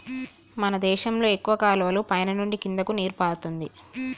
మన దేశంలో ఎక్కువ కాలువలు పైన నుండి కిందకి నీరు పారుతుంది